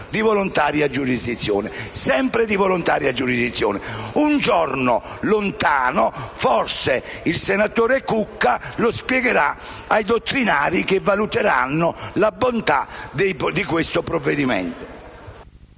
di volontaria giurisdizione e un altro. Un giorno lontano forse il senatore Cucca lo spiegherà ai dottrinari che valuteranno la bontà di questo provvedimento.